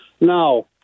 Now